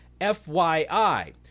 fyi